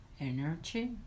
energy